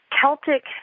Celtic